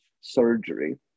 surgery